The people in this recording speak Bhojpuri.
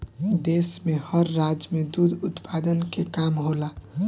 देश में हर राज्य में दुध उत्पादन के काम होला